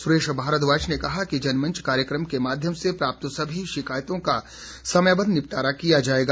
सुरेश भारद्वाज ने कहा कि जनमंच कार्यक्रम के माध्यम से प्राप्त सभी शिकायतों का समयबद्ध निपटारा किया जाएगा